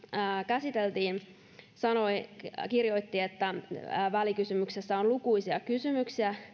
käsiteltiin kirjoitti että välikysymyksessä on lukuisia kysymyksiä